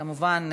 כמובן,